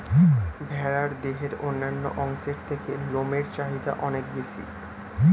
ভেড়ার দেহের অন্যান্য অংশের থেকে লোমের চাহিদা অনেক বেশি